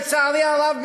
לצערי הרב,